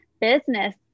business